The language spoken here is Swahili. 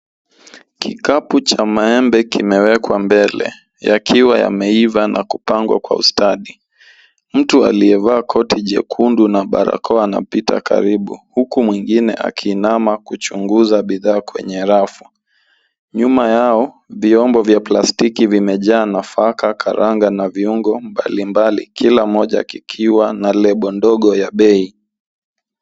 Kikapu cha maembe kimewekwa mbele yakiwa yameiva na kupangwa kwa ustadi. Mtu akiyevaa koti jekundu na barakoa anapita karibu huku mwingine akiinama kuchunguza bidhaa kwenye rafu. Nyuma yao vyombo vya plastiki vimejaa nafaka karanga na viungo mbalimbali kila moja kikiwa na lebo ndogo ya bei.